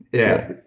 yeah,